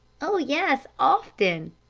oh, yes, often.